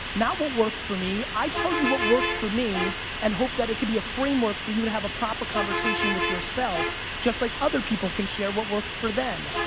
not what worked for me. i tell you what worked for me and hope that it can be a framework for you to have a proper conversation with yourself just like other people can share what worked for them.